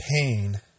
pain